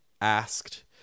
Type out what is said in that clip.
asked